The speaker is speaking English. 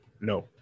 No